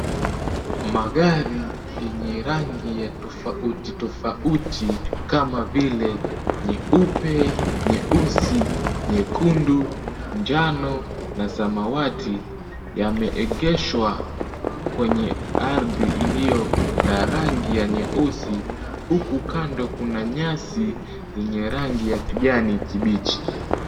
Magari yenye rangi ya tofauti tofauti kama vile; nyeupe, nyeusi, nyekundu, njano na samawati, yameegeshwa kwenye ardhi iliyo na rangi ya nyeusi, huku kando kuna nyasi yenye rangi ya kijani kibichi.